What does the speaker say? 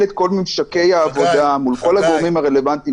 את כל ממשקי העבודה מול כל הגורמים הרלוונטיים.